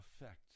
effect